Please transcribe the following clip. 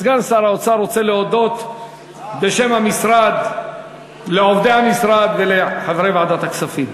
סגן שר האוצר רוצה להודות בשם המשרד לעובדי המשרד ולחברי ועדת הכספים.